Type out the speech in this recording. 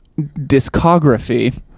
discography